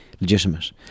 legitimate